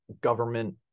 government